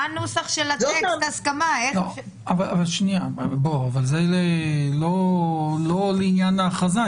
מה הנוסח של טקסט ההסכמה אבל זה לא לעניין ההכרזה,